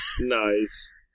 Nice